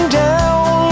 down